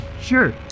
sure